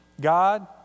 God